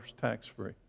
tax-free